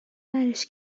برش